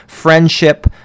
friendship